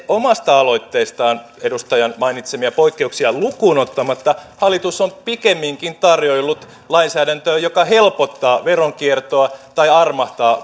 omasta aloitteestaan edustajan mainitsemia poikkeuksia lukuun ottamatta hallitus on pikemminkin tarjoillut lainsäädäntöä joka helpottaa veronkiertoa tai armahtaa